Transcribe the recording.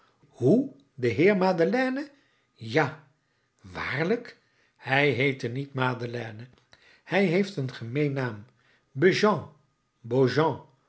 hoe de heer madeleine ja waarlijk hij heette niet madeleine hij heeft een gemeenen naam